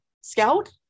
scout